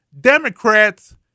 Democrats